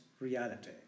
reality